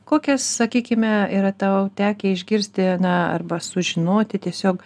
kokias sakykime yra tau tekę išgirsti na arba sužinoti tiesiog